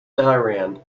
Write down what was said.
iran